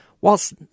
Whilst